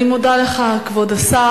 אני מודה לך כבוד השר.